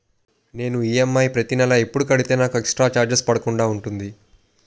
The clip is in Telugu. నేను ఈ.ఎమ్.ఐ ప్రతి నెల ఎపుడు కడితే నాకు ఎక్స్ స్త్ర చార్జెస్ పడకుండా ఉంటుంది?